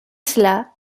cela